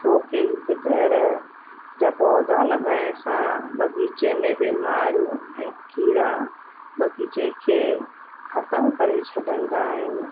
छोकी हिकु तरह जा पौधा लॻाइण सां बाग़ीचे में बीमारियूं ऐं कीड़ा बाग़ीचे खे ख़तमु करे छॾंदा आहिनि